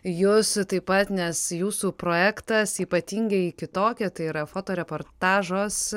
jus taip pat nes jūsų projektas ypatingieji kitokie tai yra fotoreportažas